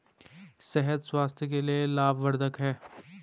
शहद स्वास्थ्य के लिए लाभवर्धक है